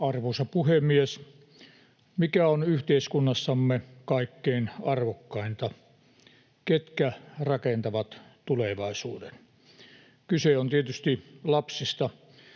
Arvoisa puhemies! Mikä on yhteiskunnassamme kaikkein arvokkainta? Ketkä rakentavat tulevaisuuden? Kyse on tietysti lapsista,